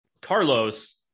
carlos